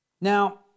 now